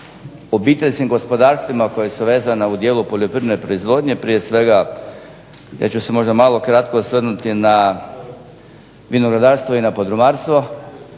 obiteljskim gospodarstvima koja su vezana u dijelu poljoprivredne proizvodnje, prije svega, ja ću se možda malo kratko osvrnuti na vinogradarstvo i na podrumarstvo